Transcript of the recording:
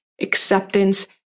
acceptance